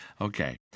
Okay